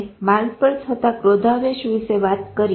તમે માર્ગ પર થતા ક્રોધાવેશ વિશે વાત કરી